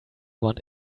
want